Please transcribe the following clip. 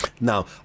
Now